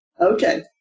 Okay